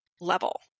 level